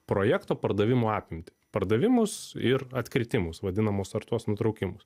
projekto pardavimų apimtį pardavimus ir atkritimus vadinamus ar tuos nutraukimus